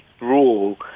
rule